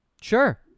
Sure